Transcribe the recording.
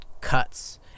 cuts